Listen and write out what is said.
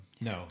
No